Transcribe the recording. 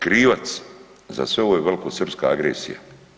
Krivac za sve ovo je velikosrpska agresija.